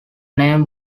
name